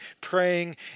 praying